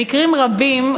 במקרים רבים,